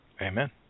amen